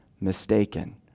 mistaken